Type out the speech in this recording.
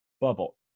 bubble